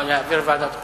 להעביר לוועדת החינוך.